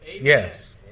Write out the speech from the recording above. Yes